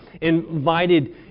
invited